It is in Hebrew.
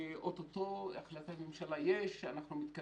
שאוטוטו יש החלטת ממשלה ומתקדמים.